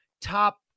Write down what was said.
top